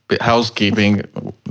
housekeeping